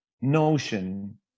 notion